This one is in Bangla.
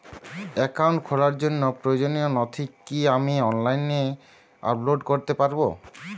অ্যাকাউন্ট খোলার জন্য প্রয়োজনীয় নথি কি আমি অনলাইনে আপলোড করতে পারি?